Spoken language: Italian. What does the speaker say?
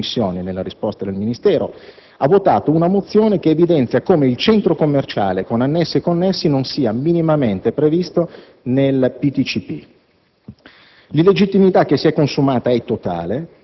Poi, però, il Consiglio provinciale - e qui vi sono omissioni nella risposta del Ministero - ha votato una mozione che evidenzia come il centro commerciale, con annessi e connessi, non sia minimamente previsto nel PTCP,